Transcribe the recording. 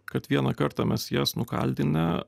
kad vieną kartą mes jas nukaldinę